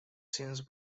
since